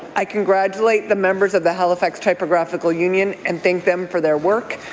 i congratulate the members of the halifax typographical union and thank them for their work.